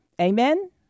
Amen